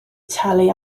talu